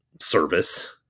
service